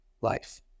life